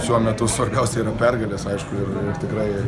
šiuo metu svarbiausia yra pergales aišku ir ir tikrai